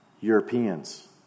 Europeans